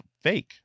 fake